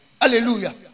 Hallelujah